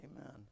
Amen